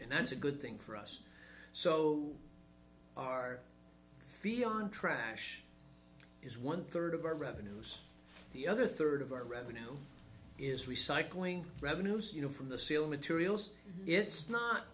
that's a good thing for us so our ffion trash is one third of our revenues the other third of our revenue is recycling revenues you know from the ceiling materials it's not